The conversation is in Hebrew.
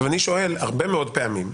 הרבה מאוד פעמים,